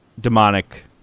demonic